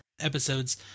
episodes